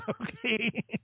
okay